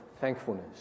thankfulness